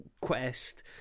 quest